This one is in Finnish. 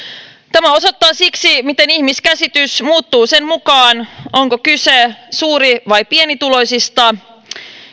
tämä osoittaa miten ihmiskäsitys muuttuu sen mukaan onko kyse suuri vai pienituloisista